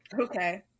Okay